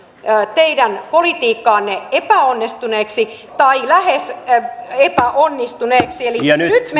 teidän politiikkaanne epäonnistuneeksi tai lähes epäonnistuneeksi nyt